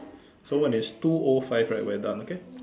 so when it's two O five right we are done okay